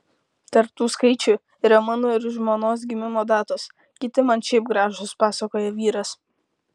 tarp tų skaičių yra mano ir žmonos gimimo datos kiti man šiaip gražūs pasakojo vyras